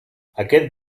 aquest